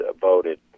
voted